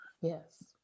Yes